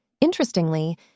Interestingly